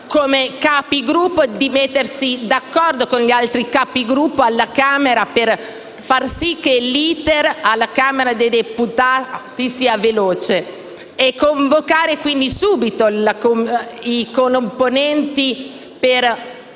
come Capigruppo, a mettervi d'accordo con gli altri Capigruppo alla Camera per far sì che l'*iter* alla Camera dei deputati sia veloce, quindi convocando subito i componenti per